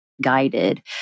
guided